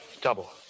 Double